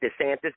DeSantis